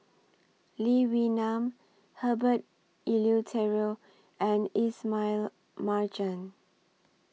Lee Wee Nam Herbert Eleuterio and Ismail Marjan